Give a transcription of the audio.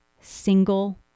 single